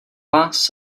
vás